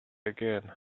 again